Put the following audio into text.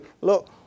look